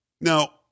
Now